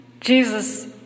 Jesus